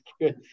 good